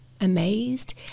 amazed